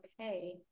okay